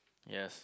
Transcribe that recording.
yes